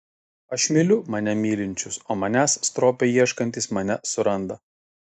aš myliu mane mylinčius o manęs stropiai ieškantys mane suranda